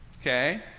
Okay